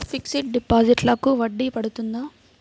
Fixed డిపాజిట్లకు వడ్డీ పడుతుందా?